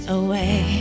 away